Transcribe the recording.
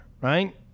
right